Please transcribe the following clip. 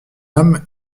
homme